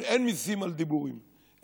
אין מיסים על הדיבורים.